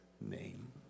name